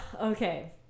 Okay